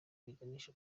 biganisha